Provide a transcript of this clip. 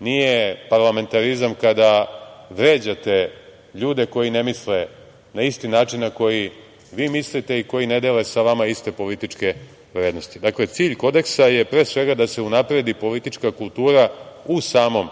nije parlamentarizam kada vređate ljude koji ne misle na isti način na koji vi mislite i koji ne dele sa vama iste političke vrednosti. Dakle, cilj kodeksa je pre svega da se unapredi politička kultura u samom